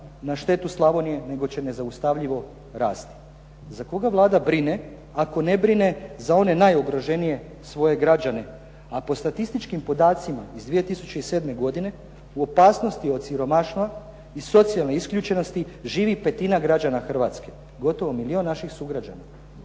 na štetu Slavonije nego će nezaustavljivo rasti. Za koga Vlada brine ako ne brine za one najugroženije svoje građane? A po statističkim podacima iz 2007. godine u opasnosti od siromaštva i socijalne isključenosti živi petina građana Hrvatske, gotovo milijun naših sugrađana.